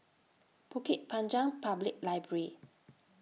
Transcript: Bukit Panjang Public Library